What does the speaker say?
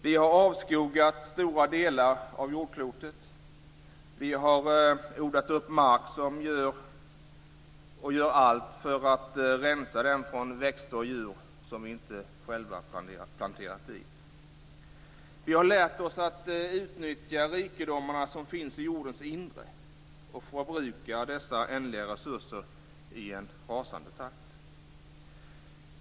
Vi har avskogat stora delar av jordklotet. Vi har odlat upp mark och vi gör allt för att rensa den från växter och djur som vi inte själva har planterat dit. Vi har lärt oss att utnyttja rikedomarna som finns i jordens inre och förbrukar dessa ändliga resurser i en rasande takt.